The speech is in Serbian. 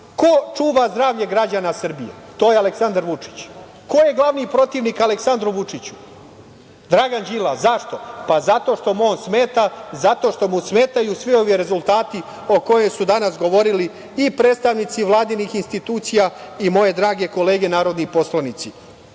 ko čuva zdravlje građana Srbije. To je Aleksandar Vučić. Ko je glavni protivnik Aleksandru Vučiću? Dragan Đilas. Zašto? Zato što mu on smeta, zato što mu smetaju svi ovi rezultati o kojima su danas govorili i predstavnici vladinih institucija i moje drage kolege narodni poslanici. Na